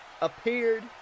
appeared